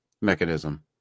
Mechanism